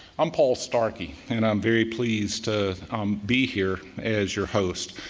i'm paul starkey and i'm very pleased to be here as your host.